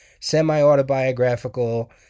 Semi-autobiographical